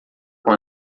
com